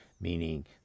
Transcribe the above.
meaning